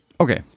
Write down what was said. Okay